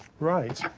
right.